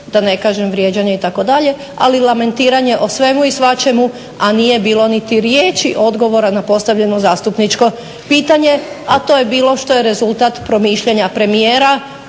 da ne kažem vrijeđanje itd., ali lamentiranje o svemu i svačemu a nije bilo niti riječi odgovora na postavljeno zastupničko pitanje a to je bilo što je rezultat promišljanja premijera